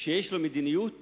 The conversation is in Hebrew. שיש לו מדיניות,